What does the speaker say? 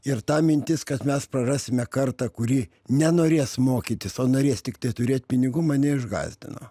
ir ta mintis kad mes prarasime kartą kuri nenorės mokytis o norės tiktai turėt pinigų mane išgąsdino